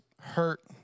hurt